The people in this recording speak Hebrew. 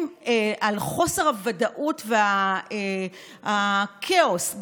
בחוסר הוודאות והכאוס,